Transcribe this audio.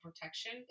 protection